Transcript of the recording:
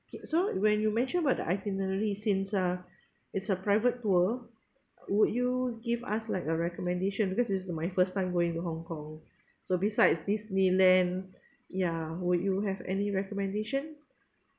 okay so when you mention about the itinerary since uh it's a private tour would you give us like a recommendation because it's the my first time going to hong kong so besides disneyland yeah would you have any recommendation